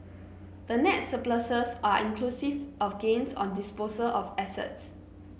the net surpluses are inclusive of gains on disposal of assets